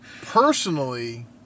personally